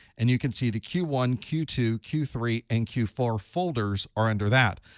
and you can see the q one, q two, q three, and q four folders are under that.